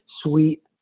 sweet